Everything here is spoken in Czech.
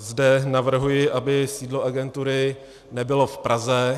Zde navrhuji, aby sídlo agentury nebylo v Praze.